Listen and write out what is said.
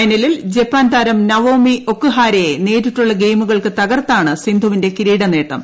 ഫൈനലിൽ ജപ്പാൻ താരം നവോമി ഒക്ക് ഹാരെയെ നേരിട്ടുള്ള ഗെയിമുകൾക്ക് തകർത്താണ് സിന്ധുവിന്റെ കിരീട നേട്ടം